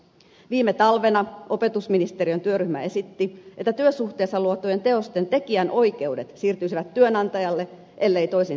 viime talvena opetusministeriön työryhmä esitti että työsuhteessa luotujen teosten tekijänoikeudet siirtyisivät työnantajalle ellei toisin sovittaisi